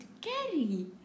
carry